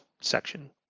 section